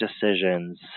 decisions